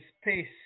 space